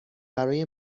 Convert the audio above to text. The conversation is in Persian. برای